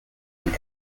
and